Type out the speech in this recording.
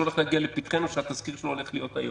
שהולך להגיע לפתחנו והתזכיר שלו יהיה היום.